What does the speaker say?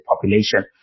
population